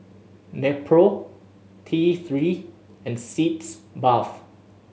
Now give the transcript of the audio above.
Nepro T Three and Sitz Bath